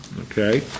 Okay